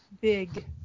big